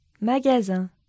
Magasin